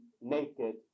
naked